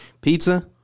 pizza